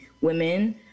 women